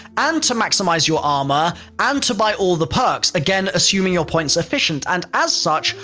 and to maximize your armor and to buy all the perks, again assuming your points efficient. and as such,